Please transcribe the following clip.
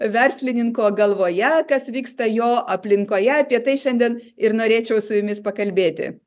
verslininko galvoje kas vyksta jo aplinkoje apie tai šiandien ir norėčiau su jumis pakalbėti